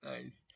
Nice